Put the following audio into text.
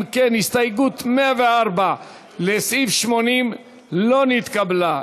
אם כן, הסתייגות 104 לסעיף 80 לא נתקבלה.